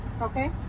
Okay